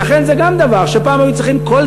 ולכן זה גם דבר שפעם היו צריכים עבור כל